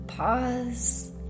Pause